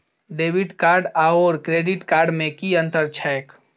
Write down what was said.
Debit card आओर credit card मे की अन्तर छैक?